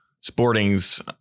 Sporting's